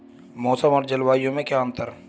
मौसम और जलवायु में क्या अंतर?